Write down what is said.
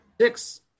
six